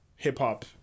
hip-hop